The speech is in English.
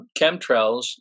chemtrails